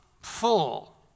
Full